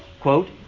quote